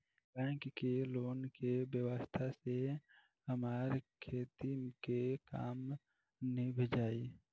bank के loan के व्यवस्था से हमार खेती के काम नीभ जाई